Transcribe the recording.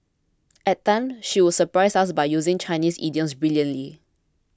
at times she would surprise us by using Chinese idioms brilliantly